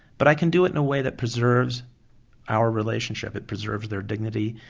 but i can do it in a way that preserves our relationship, it preserves their dignity,